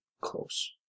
close